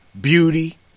beauty